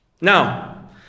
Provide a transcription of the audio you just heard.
Now